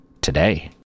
Today